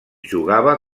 jugava